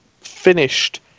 finished